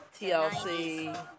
TLC